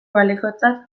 balekotzat